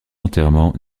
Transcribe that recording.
enterrement